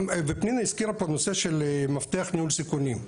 פנינה הזכירה פה את הנושא של מפתח ניהול סיכונים,